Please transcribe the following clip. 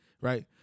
right